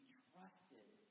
trusted